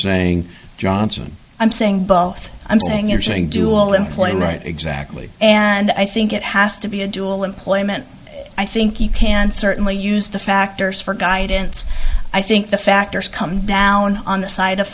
saying johnson i'm saying both i'm saying it's a dual employee right exactly and i think it has to be a dual employment i think you can certainly use the factors for guidance i think the factors come down on the side of